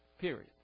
period